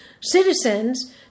citizens